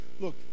look